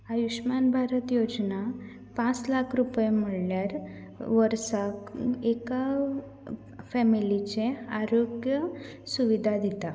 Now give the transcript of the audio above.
आयुश्मान भारत योजना पांच लाख रुपये म्हळ्यार वर्साक एका फॅमिलीचें आरोग्य सुविदा दिता